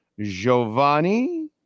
Giovanni